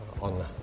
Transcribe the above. on